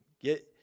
get